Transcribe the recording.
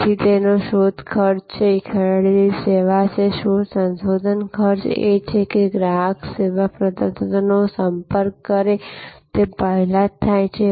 તેથી શોધ ખર્ચ છે ખરીદી સેવા છે શોધ સંશોધન ખર્ચ એ છે કે ગ્રાહક સેવા પ્રદાતાનો સંપર્ક કરે તે પહેલાં જ થાય છે